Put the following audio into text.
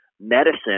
medicine